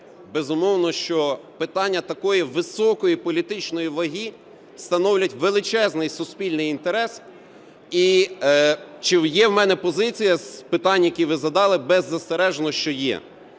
Безумовно, що питання такої високої політичної ваги становлять величезний суспільний інтерес. І чи є у мене позиція з питань, які ви задали? Беззастережно, що є.